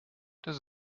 das